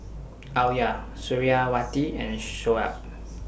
Alya Suriawati and Shoaib